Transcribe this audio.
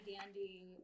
dandy